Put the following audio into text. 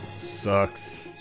Sucks